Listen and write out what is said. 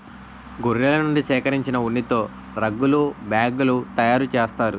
గొర్రెల నుండి సేకరించిన ఉన్నితో రగ్గులు బ్యాగులు తయారు చేస్తారు